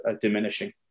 diminishing